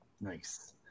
Nice